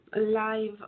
live